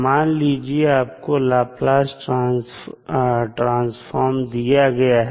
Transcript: मान लीजिए आपको लाप्लास ट्रांसफर दिया गया है